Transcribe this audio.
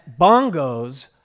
bongos